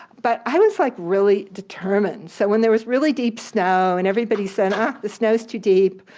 but i was like really determined. so when there was really deep snow and everybody said, ah the snow is too deep,